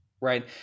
right